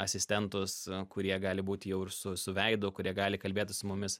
asistentus kurie gali būti jau ir su su veidu kurie gali kalbėti su mumis